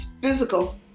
physical